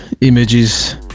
images